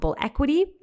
equity